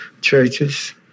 churches